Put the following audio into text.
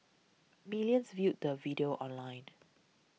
millions viewed the video online